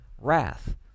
wrath